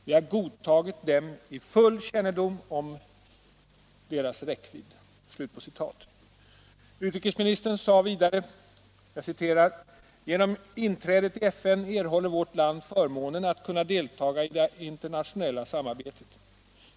Vi har godtagit dem i full kännedom om deras räckvidd.” Utrikesministern sade vidare: ”Genom inträdet i FN erhåller vårt land förmånen att kunna deltaga i det internationella samarbetet.